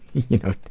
you know,